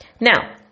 Now